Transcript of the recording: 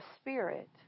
spirit